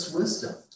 wisdom